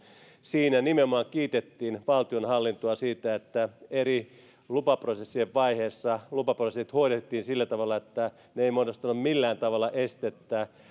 siinä nimenomaan kiitettiin valtionhallintoa siitä että eri lupaprosessien vaiheissa lupaprosessit huolehdittiin sillä tavalla että ne eivät muodostaneet millään tavalla estettä